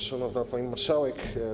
Szanowna Pani Marszałek!